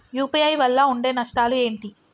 UPI వల్ల ఉండే నష్టాలు ఏంటి??